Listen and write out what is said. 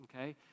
okay